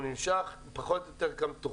הוא נמשך פחות או יותר כמתוכנן.